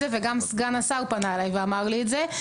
זה וגם סגן השר פנה אליי ואמר לי את זה.